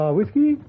Whiskey